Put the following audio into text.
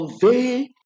convey